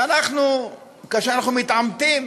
ואנחנו, כאשר אנחנו מתעמתים,